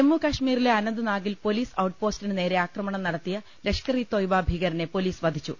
ജമ്മു കശ്മീരിലെ അനന്ത്നാഗിൽ പൊലീസ് ഔട്ട്പോസ്റ്റിന് നേരെ ആക്രമണം നടത്തിയ ലഷ്കർ ഇ തോയ്ബ ഭീകരനെ പൊലീസ് വധിച്ചു